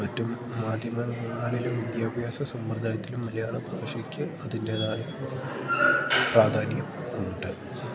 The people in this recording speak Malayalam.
പറ്റും മാധ്യമങ്ങളിലും വിദ്യാഭ്യാസ സമ്പ്രദായത്തിലും മലയാള ഭാഷയ്ക്ക് അതിൻ്റെതായ പ്രാധാന്യം ഉണ്ട്